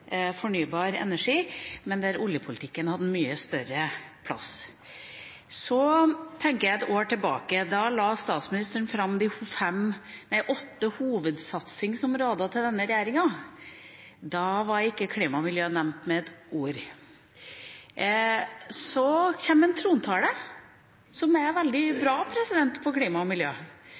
fornybar energi, men der oljepolitikken hadde en mye større plass. Så tenker jeg et år tilbake. Da la statsministeren fram denne regjeringas åtte hovedsatsingsområder – klima og miljø var ikke nevnt med ett ord. Så kommer en trontale som er veldig bra når det gjelder klima og miljø.